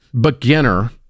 beginner